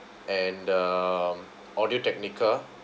and um Audio Technica